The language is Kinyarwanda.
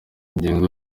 ingingo